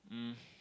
um